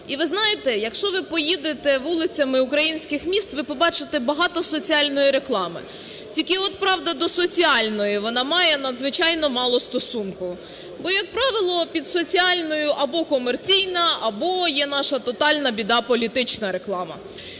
І ви знаєте, якщо ви поїдете вулицями українських міст, ви побачите багато соціальної реклами. Тільки от правда до соціальної вона має надзвичайно мало стосунку. Бо, як правило, під соціальною або комерційна, або є наша тотальна біда – політична реклама.